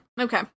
Okay